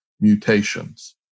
mutations